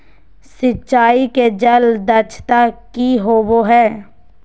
सिंचाई के जल दक्षता कि होवय हैय?